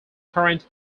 current